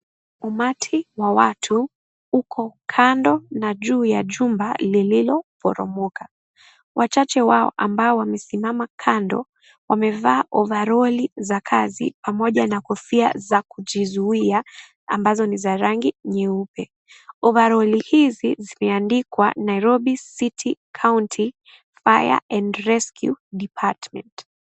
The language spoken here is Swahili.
Umati wa watu uko kando na juu ya jumba lililoporomoka , wachache wao ambao wamesimama kando wamevaa ovaroli za kazi pamoja na Kofia za kujizuia ambazo ni za rangi nyeupe , ovaroli hizi zimeandikwa Nairobi City County Fire and Rescue Department.